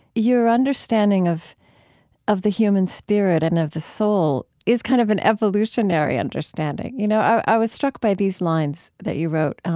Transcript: your understanding of of the human spirit and of the soul is kind of an evolutionary understanding. you know i was struck by these lines that you wrote